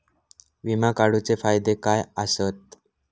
विमा काढूचे फायदे काय आसत?